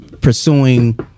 pursuing